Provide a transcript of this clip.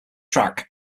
track